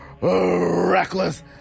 reckless